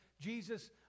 Jesus